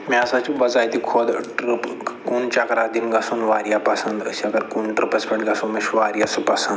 مےٚ ہسا چھُ بَزایِتہِ خۄد ٹٕرٛپ کُن چَکرا دیُن گژھُن واریاہ پَسنٛد أسۍ اَگر کُن ٹٕرٛپَس پٮ۪ٹھ گژھو مےٚ چھُ واریاہ سُہ پَسنٛد